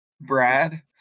Brad